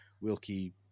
Wilkie